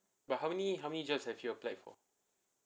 but how many how many jobs have you applied for